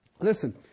Listen